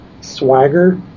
swagger